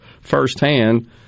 firsthand